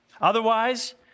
Otherwise